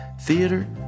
theater